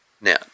Now